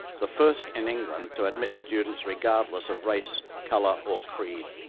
the first in england to admit students regardless of race, colour or creed.